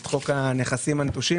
את חוק הנכסים הנטושים.